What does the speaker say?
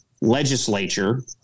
legislature